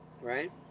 Right